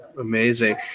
Amazing